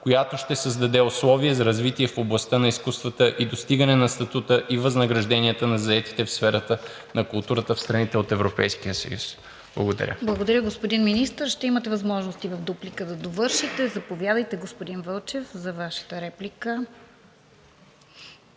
която ще създаде условия за развитие в областта на изкуствата и достигане на статута и възнагражденията на заетите в сферата на културата в страните от Европейския съюз. Благодаря. ПРЕДСЕДАТЕЛ РОСИЦА КИРОВА: Благодаря. Господин Министър, ще имате възможност и в дуплика да довършите. Заповядайте, господин Вълчев, за Вашата реплика.